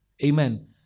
Amen